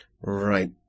Right